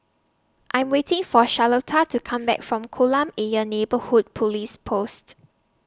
I'm waiting For Charlotta to Come Back from Kolam Ayer Neighbourhood Police Post